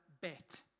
bet